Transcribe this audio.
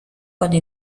cuando